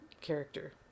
character